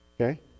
Okay